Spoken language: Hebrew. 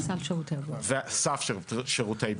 או סל שירותי בריאות.